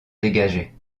dégageait